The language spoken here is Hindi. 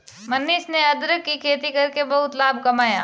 मनीष ने अदरक की खेती करके बहुत लाभ कमाया